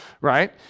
right